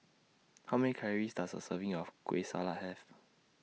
How Many Calories Does A Serving of Kueh Salat Have